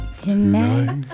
Tonight